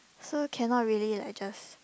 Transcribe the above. so cannot really like just